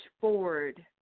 forward